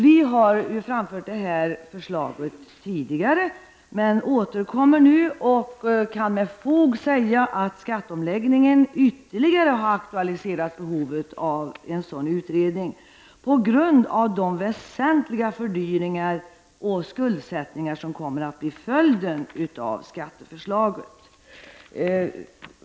Vi har framfört detta förslag tidigare men återkommer nu och kan med fog säga att skatteomläggningen ytterligare har aktualiserat behovet av en sådan utredning på grund av de väsentliga fördyringar och skuldsättningar som kommer att bli en följd av skatteförslaget.